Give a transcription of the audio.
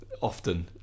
often